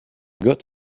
got